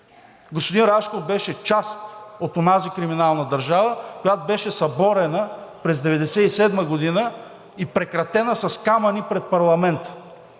господин Рашков беше част от онази криминална държава, която беше съборена през 1997 г. и прекратена с камъни пред парламента